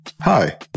hi